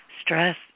stress